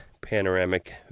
panoramic